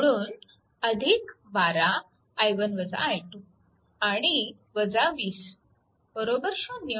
म्हणून 12 आणि 20 बरोबर 0